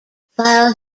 file